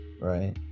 Right